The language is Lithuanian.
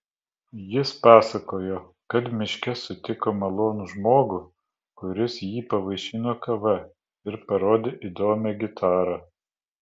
jis pasakojo kad miške sutiko malonų žmogų kuris jį pavaišino kava ir parodė įdomią gitarą